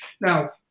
Now